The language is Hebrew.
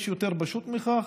יש יותר פשוט מכך?